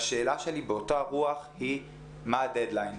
והשאלה שלי באותה הרוח היא מה הדד ליין,